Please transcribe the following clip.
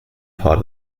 part